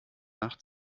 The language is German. nach